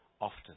often